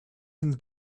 can